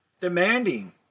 demanding